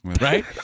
right